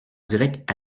direct